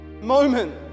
moment